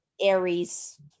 Aries